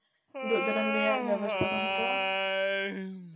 ᱫᱩᱜ ᱫᱟᱨᱟᱢ ᱨᱮᱭᱟᱜ ᱵᱮᱵᱚᱥᱛᱷᱟ ᱠᱚ ᱦᱟᱛᱟᱣᱟ